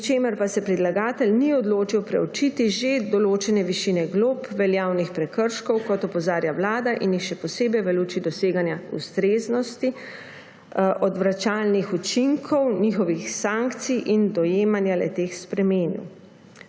pri čemer pa se predlagatelj ni odločil preučiti že določene višine glob veljavnih prekrškov, kot opozarja Vlada, in jih še posebej v luči doseganja ustreznosti odvračalnih učinkov njihovih sankcij in dojemanja le-teh spremeniti.